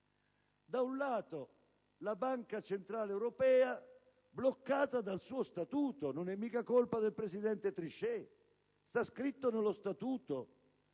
Da un lato, la Banca centrale europea è bloccata dal suo statuto. Non è certo colpa del presidente Trichet, ma di quanto è scritto nello statuto,